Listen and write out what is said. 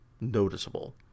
noticeable